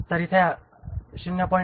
तर इथे 0